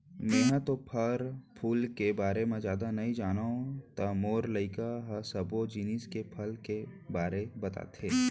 मेंहा तो फर फूल के बारे म जादा नइ जानव त मोर लइका ह सब्बो जिनिस के फसल के बारे बताथे